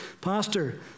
Pastor